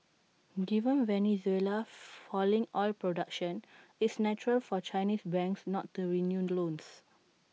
given Venezuela's falling oil production it's natural for Chinese banks not to renew loans